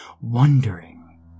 wondering